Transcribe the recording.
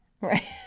Right